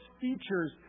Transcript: features